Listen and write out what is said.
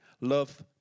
Love